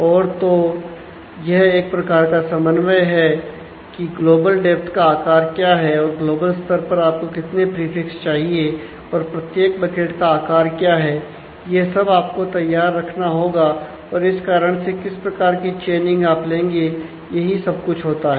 और तो यह एक प्रकार का समन्वय है की ग्लोबल डेप्थ आप लेंगे यही सब कुछ होता है